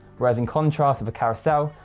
whereas in contrast, with a carousel,